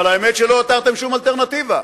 אבל האמת שלא הותרתם שום אלטרנטיבה.